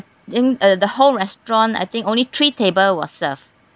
in uh the whole restaurant I think only three table was served